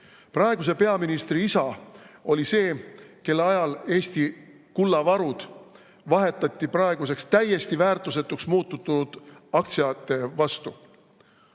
Praeguse peaministri isa oli see, kelle ajal Eesti kullavarud vahetati praeguseks täiesti väärtusetuks muutunud aktsiate vastu.